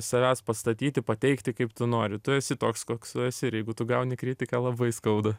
savęs pastatyti pateikti kaip tu nori tu esi toks koks tu esi ir jeigu tu gauni kritiką labai skauda